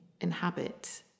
inhabit